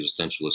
existentialist